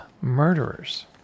murderers